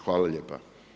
Hvala lijepa.